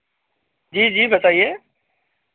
जी जी बताइए